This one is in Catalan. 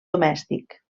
domèstic